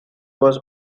was